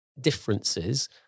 differences